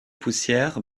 poussière